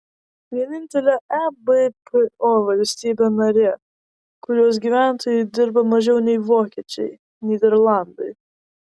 vienintelė ebpo valstybė narė kurios gyventojai dirba mažiau nei vokiečiai nyderlandai